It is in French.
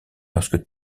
lorsque